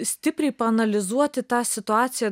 stipriai paanalizuoti tą situaciją